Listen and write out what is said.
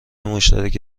مشترک